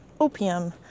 opium